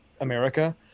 America